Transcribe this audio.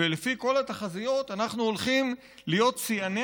ולפי כל התחזיות אנחנו הולכים להיות שיאני